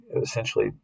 essentially